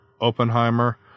Oppenheimer